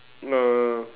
uh